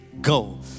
go